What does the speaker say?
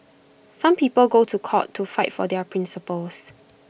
some people go to court to fight for their principles